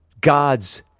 God's